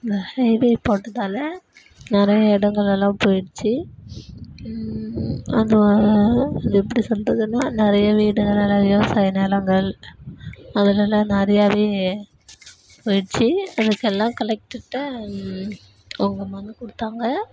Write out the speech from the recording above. இந்த ஹைவே போட்டதால் நிறையா இடங்கள் எல்லாம் போயிடுச்சு அதுவால் அது எப்படி சொல்வதுனா நிறைய வீடுகள் நிறையா விவசாய நிலங்கள் அதுயெல்லாம் நிறையாவே போயிடுச்சு அதுக்கெல்லாம் கலெக்டர்கிட்ட அவங்க மனு கொடுத்தாங்க